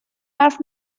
حرف